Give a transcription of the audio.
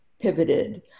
pivoted